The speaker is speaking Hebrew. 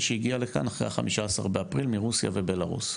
שהגיע לכאן אחרי ה-15 באפריל מרוסיה ובלרוס.